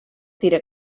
tira